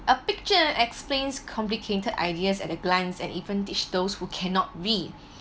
a picture explains complicated ideas at a glance and even teach those who cannot read